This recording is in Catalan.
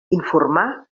informar